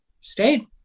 stayed